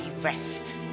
rest